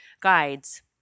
guides